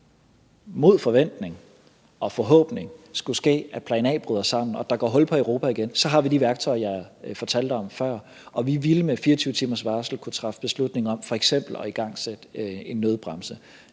Hvis det mod forventning og forhåbning skulle ske, at plan A bryder sammen og der igen går hul på Europa, har vi de værktøjer, jeg fortalte om før, og vi ville med 24 timers varsel kunne træffe beslutning om f.eks. at trække en nødbremse.